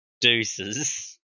Deuces